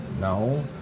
no